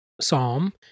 psalm